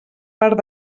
part